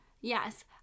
Yes